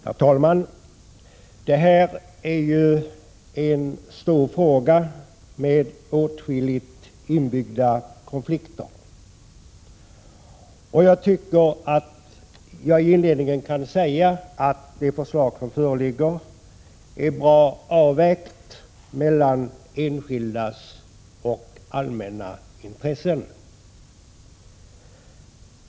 Herr talman! Detta är ju en stor fråga med åtskilliga inbyggda konflikter. Jag tycker att jag inledningsvis kan säga att det förslag som föreligger är bra avvägt mellan enskilda och allmänna intressen.